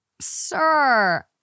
sir